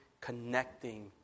connecting